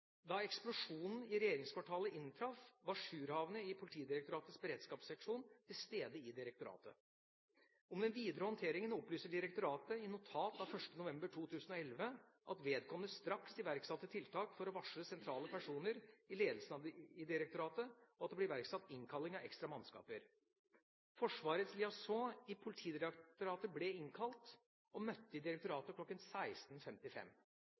Da eksplosjonen i regjeringskvartalet inntraff, var jourhavende i Politidirektoratets beredskapsseksjon til stede i direktoratet. Om den videre håndteringen opplyser direktoratet i notat av 1. november 2011 at vedkommende straks iverksatte tiltak for å varsle sentrale personer i ledelsen i direktoratet, og at det ble iverksatt innkalling av ekstra mannskaper. Forsvarets liaison i Politidirektoratet ble innkalt og møtte i